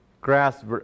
grass